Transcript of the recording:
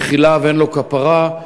מחילה ואין לו כפרה,